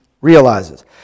realizes